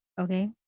Okay